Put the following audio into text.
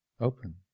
open